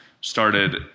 started